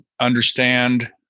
understand